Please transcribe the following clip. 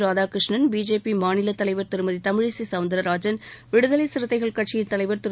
Radhakrishnan BJP மாநிலத் தலைவர் திருமதி தமிழிசை சௌந்தரராஜன் விடுதலை சிறுத்தைகள் கட்சியின் தலைவர் திரு